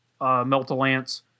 Melt-A-Lance